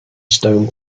stone